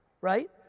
Right